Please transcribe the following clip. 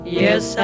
yes